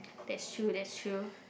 that shoes that shoes